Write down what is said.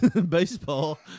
Baseball